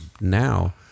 now